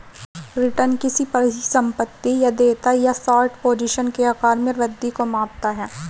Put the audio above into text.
return किसी परिसंपत्ति या देयता या शॉर्ट पोजीशन के आकार में वृद्धि को मापता है